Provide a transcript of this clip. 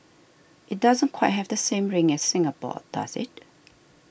it doesn't quite have the same ring as Singapore does it